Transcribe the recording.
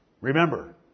Remember